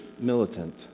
militant